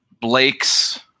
Blake's